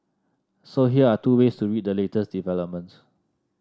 so here are two ways to read the latest developments